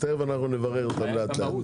ותיכף נברר אותם לאט לאט.